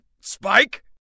Spike